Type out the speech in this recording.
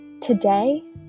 today